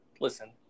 Listen